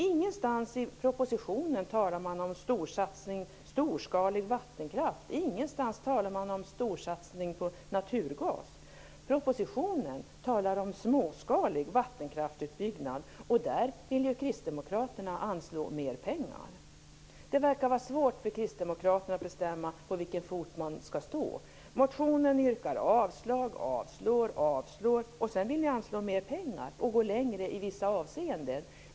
Ingenstans i propositionen talar man om storskalig vattenkraft. Ingenstans talar man om storsatsning på naturgas. Propositionen talar om småskalig vattenkraftutbyggnad, och där vill ju Kristdemokraterna anslå mer pengar. Det verkar vara svårt för Kristdemokraterna att bestämma på vilken fot man skall stå. Motionen yrkar avslag och åter avslag - och sedan vill ni anslå mer pengar och gå längre i vissa avseenden.